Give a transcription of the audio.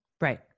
Right